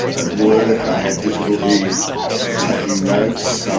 at work i had difficulty taking notes,